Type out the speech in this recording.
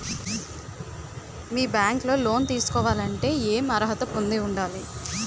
మీ bank లో loan తీసుకోవాలంటే ఎం అర్హత పొంది ఉండాలి?